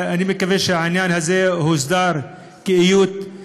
אני מקווה שהעניין הזה הוסדר כיאות,